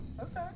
Okay